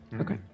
Okay